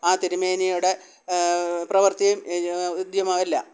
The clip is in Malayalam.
ആ തിരുമേനിയുടെ പ്രവർത്തിയും ഉദ്യമമെല്ലാം